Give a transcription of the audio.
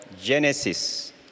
Genesis